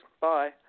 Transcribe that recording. Bye